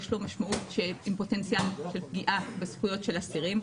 יש לו משמעות עם פוטנציאל של פגיעה בזכויות של אסירים.